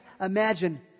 imagine